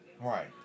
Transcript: Right